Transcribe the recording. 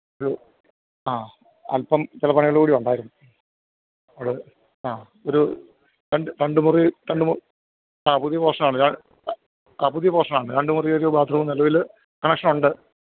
ഒരു ആ അല്പ്പം ചില പണികൾ കൂടി ഉണ്ടായിരുന്നു അത് ആ ഒരു രണ്ട് രണ്ട് മുറി രണ്ട് മുറി ആ പുതിയ പോഷനാണ് ര ആ പുതിയ പോഷനാണ് രണ്ട് മുറി ഒരു ബാത്ത് റൂം നിലവിൽ കണക്ഷനൊണ്ട്